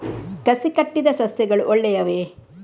ಕಸಿ ಕಟ್ಟಿದ ಸಸ್ಯಗಳು ಒಳ್ಳೆಯವೇ?